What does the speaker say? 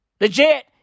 Legit